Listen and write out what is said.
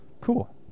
Cool